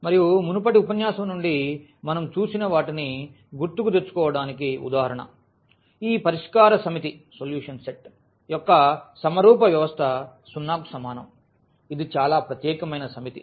మరియు మునుపటి ఉపన్యాసం నుండి మనం చూసిన వాటిని గుర్తుకు తెచ్చుకోవడానికి ఉదాహరణ ఈ పరిష్కార సమితి సొల్యూషన్ సెట్ solution set యొక్క సమరూప వ్యవస్థ 0 కు సమానం ఇది చాలా ప్రత్యేకమైన సమితి